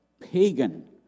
pagan